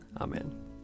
Amen